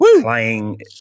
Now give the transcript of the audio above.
playing